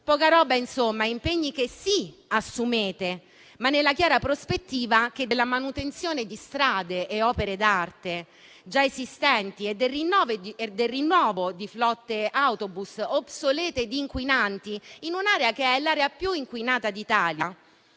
Poca roba, insomma. Sono impegni che, sì, assumete, ma che, nella chiara prospettiva della manutenzione di strade e opere d'arte già esistenti e del rinnovo di flotte di autobus obsolete e inquinanti in un'area che è la più inquinata d'Italia,